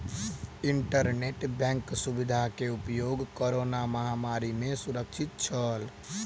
internet bank सुविधा के उपयोग कोरोना महामारी में सुरक्षित छल